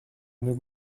une